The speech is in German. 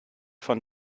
von